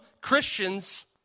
Christians